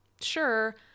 sure